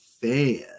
fan